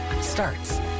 starts